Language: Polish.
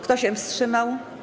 Kto się wstrzymał?